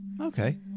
Okay